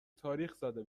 تاریخزده